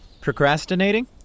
Procrastinating